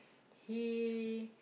he